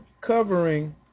covering